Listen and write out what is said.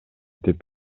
деп